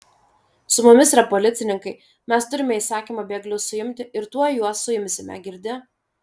su mumis yra policininkai mes turime įsakymą bėglius suimti ir tuoj juos suimsime girdi